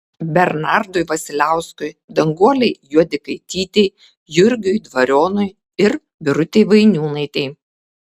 bernardui vasiliauskui danguolei juodikaitytei jurgiui dvarionui ir birutei vainiūnaitei